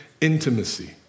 intimacy